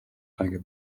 tiger